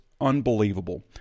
unbelievable